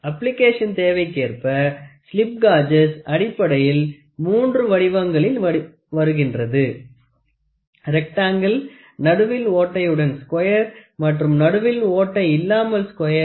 அப்கேஷனின் தேவைக்கேற்ப slip gauges அடிப்படையில் மூன்று வடிவங்களில் வருகின்றது ரெக்டாங்குள் நடுவில் ஓட்டையுடன் ஸ்கொயர் மற்றும் நடுவில் ஓட்டை இல்லாமல் ஸ்கொயர்